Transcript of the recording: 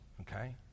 Okay